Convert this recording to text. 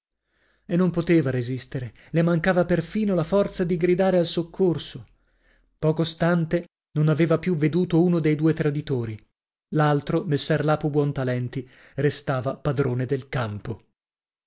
e non poteva resistere le mancava perfino la forza di gridare al soccorso poco stante non aveva più veduto uno dei due traditori l'altro messer lapo buontalenti restava padrone del campo